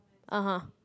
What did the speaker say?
(uh huh)